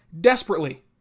desperately